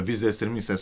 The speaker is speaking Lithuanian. vizijas ir misijas